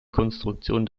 konstruktion